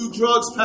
drugs